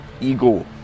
ego